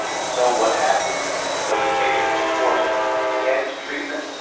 so what happens when the patient is forced to end treatment?